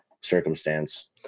circumstance